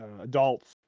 adults